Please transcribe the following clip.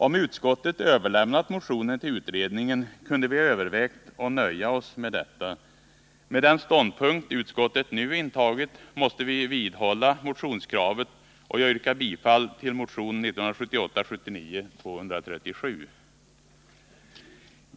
Om utskottet överlämnat motionen till utredningen kunde vi ha övervägt att nöja oss med detta. Med den ståndpunkt utskottet nu intagit måste vi vidhålla motionskravet och jag yrkar bifall till motion 1978/79:237.